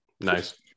Nice